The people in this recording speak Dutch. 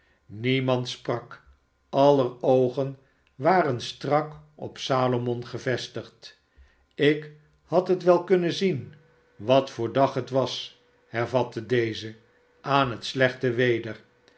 niemand sprak aller oogen waren strak op salomon gevestigd ik had het wel kunnen zien wat voor dag het was hervatte deze aan het slechte weder